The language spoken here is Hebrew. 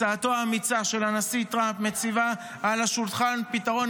הצעתו האמיצה של הנשיא טראמפ מציבה על השולחן פתרון